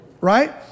right